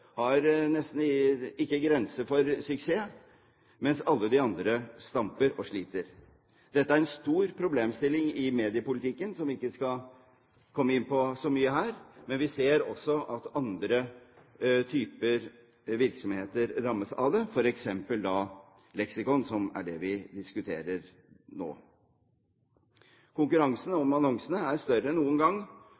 har nesten ingen grenser for suksess, mens alle de andre stamper og sliter. Dette er en stor problemstilling i mediepolitikken som vi ikke skal komme inn på så mye her, men vi ser også at andre typer virksomheter rammes av det, f.eks. leksikon, som er det vi diskuterer nå. Konkurransen om